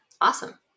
Awesome